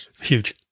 Huge